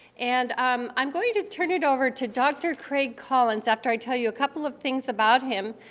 and um i'm going to turn it over to dr. craig kolins after i tell you a couple of things about him.